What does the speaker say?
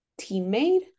teammate